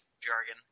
jargon